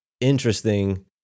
interesting